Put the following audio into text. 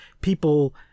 people